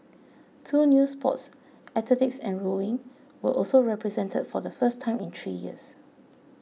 two new sports athletics and rowing were also represented for the first time in three years